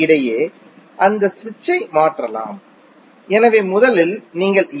இடையே அந்த சுவிட்சை மாற்றலாம் எனவே முதலில் நீங்கள் ஏ